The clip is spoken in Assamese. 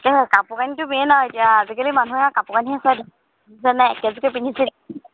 কাপোৰ কানিটো মেইন আৰু এতিয়া আজিকালিতো মানুহে আৰু কাপোৰ কানি আছে যেনে একেযোৰকে পিন্ধিছে